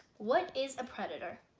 what is a predator?